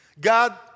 God